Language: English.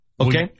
Okay